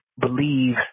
believe